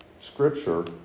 Scripture